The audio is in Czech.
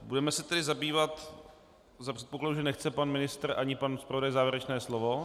Budeme se tedy zabývat za předpokladu, že nechce pan ministr ani pan zpravodaj závěrečné slovo...